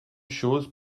chose